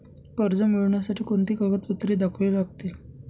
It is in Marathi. कर्ज मिळण्यासाठी कोणती कागदपत्रे दाखवावी लागतील?